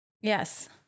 Yes